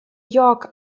york